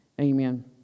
Amen